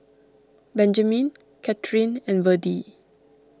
Benjamin Kathyrn and Verdie